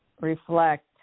reflect